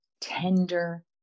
tender